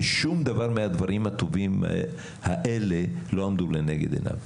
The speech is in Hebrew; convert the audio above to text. ושום דבר מהדברים הטובים האלה לא עמדו לנגד עיניו.